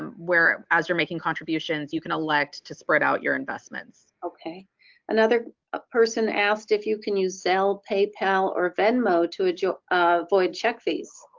um where as you're making contributions you can elect to spread out your investments okay another ah person asked if you can use paypal or venmo to to um avoid check fees?